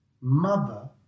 Mother